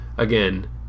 Again